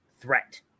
threat